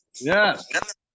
Yes